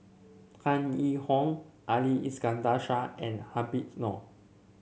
Tan Yee Hong Ali Iskandar Shah and Habib Noh